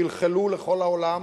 חלחלו לכל העולם,